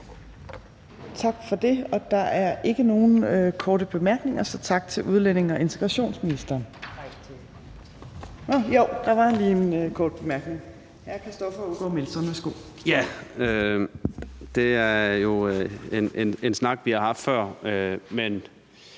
Tak for det. Der er ikke nogen korte bemærkninger, så tak til udlændinge- og integrationsministeren. Jo, der var lige en kort bemærkning. Hr. Christoffer Aagaard Melson, værsgo. Kl. 15:19 Christoffer Aagaard Melson